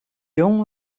jong